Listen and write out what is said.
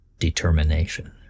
determination